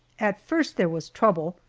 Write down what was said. at first there was trouble,